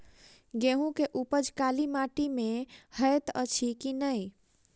गेंहूँ केँ उपज काली माटि मे हएत अछि की नै?